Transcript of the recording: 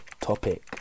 topic